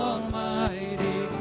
Almighty